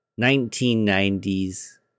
1990's